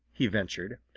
he ventured.